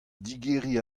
digeriñ